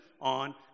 on